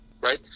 right